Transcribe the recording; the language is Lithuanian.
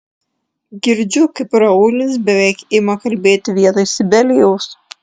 girdžiu kaip raulis beveik ima kalbėti vietoj sibelijaus